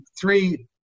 three